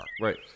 Right